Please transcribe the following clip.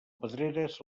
pedreres